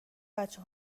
بچه